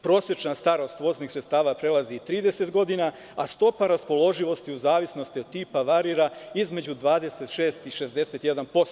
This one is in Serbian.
Prosečna starost voznih sredstava prelazi 30 godina, a stopa raspoloživosti u zavisnosti od tipa varira između 26% i 61%